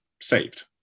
saved